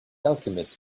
alchemist